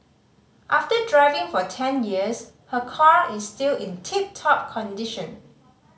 after driving for ten years her car is still in tip top condition